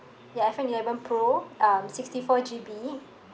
ya iphone eleven pro um sixty four G_B